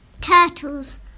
Turtles